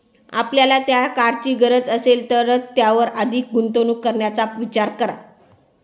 आपल्याला त्या कारची गरज असेल तरच त्यावर अधिक गुंतवणूक करण्याचा विचार करा